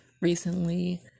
recently